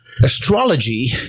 astrology